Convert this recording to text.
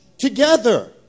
Together